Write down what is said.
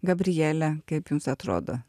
gabrielė kaip jums atrodo